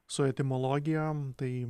su etimologija tai